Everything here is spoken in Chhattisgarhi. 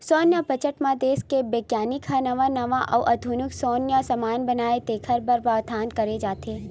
सैन्य बजट म देस के बिग्यानिक ह नवा नवा अउ आधुनिक सैन्य समान बनाए तेखर बर प्रावधान करे जाथे